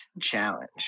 challenge